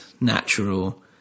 natural